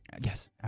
Yes